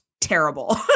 terrible